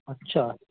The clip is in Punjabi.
ਅੱਛਾ